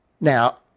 Now